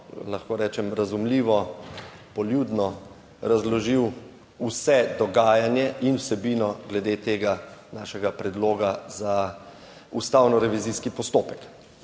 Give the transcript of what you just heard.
lahko rečem razumljivo, poljudno razložil vse dogajanje in vsebino glede tega našega predloga za ustavno revizijski postopek.